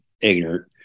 ignorant